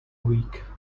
week